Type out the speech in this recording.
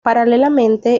paralelamente